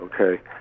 Okay